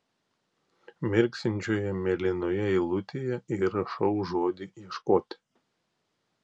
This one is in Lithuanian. mirksinčioje mėlynoje eilutėje įrašau žodį ieškoti